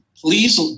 Please